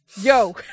yo